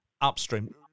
upstream